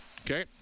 Okay